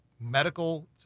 medical